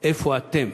איפה אתם,